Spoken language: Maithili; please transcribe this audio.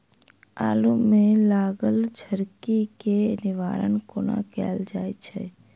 आलु मे लागल झरकी केँ निवारण कोना कैल जाय छै?